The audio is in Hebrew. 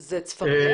זה צפרדע